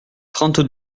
trente